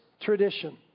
tradition